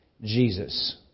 Jesus